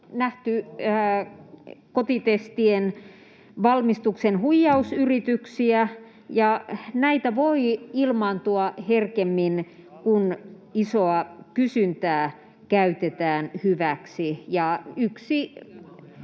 nähty kotitestien valmistuksessa huijausyrityksiä, ja näitä voi ilmaantua herkemmin, kun isoa kysyntää käytetään hyväksi.